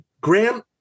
Graham